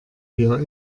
wir